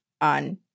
on